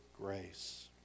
grace